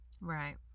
Right